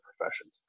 professions